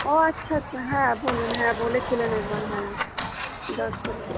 ও আচ্ছা আচ্ছা হ্যাঁ বলুন হ্যাঁ বলেছিলেন একবার হ্যাঁ দশ তারিখ